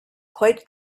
quite